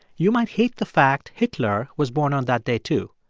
you might hate the fact hitler was born on that day too.